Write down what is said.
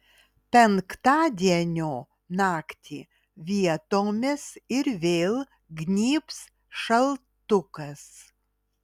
penktadienio naktį vietomis ir vėl gnybs šaltukas